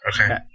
Okay